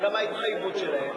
זו גם ההתחייבות שלהם.